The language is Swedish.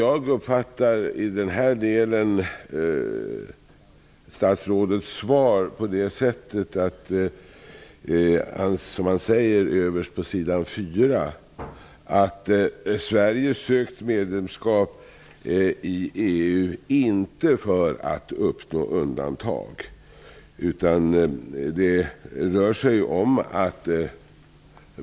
I den här delen uppfattar jag statsrådets svar så, att Sverige inte sökt medlemskap i EU för att uppnå undantag. Det står så på s. 4 i det skrivna svaret.